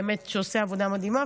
הוא באמת עושה עבודה מדהימה,